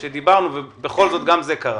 שדיברנו על זה, ובכל זאת גם זה קרה.